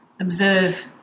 observe